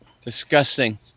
Disgusting